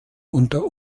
unter